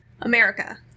America